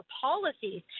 policies